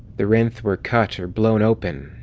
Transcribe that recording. the rhynth were cut or blown open,